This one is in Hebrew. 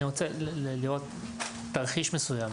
אני רוצה לראות תרחיש מסוים.